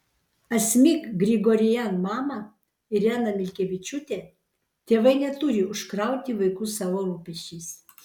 asmik grigorian mama irena milkevičiūtė tėvai neturi užkrauti vaikų savo rūpesčiais